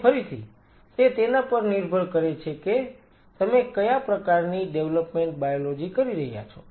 અને ફરીથી તે તેના પર નિર્ભર કરે છે કે તમે કયા પ્રકારની ડેવલપમેન્ટ બાયોલોજી કરી રહ્યા છો